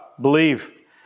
Believe